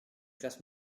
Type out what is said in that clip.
classe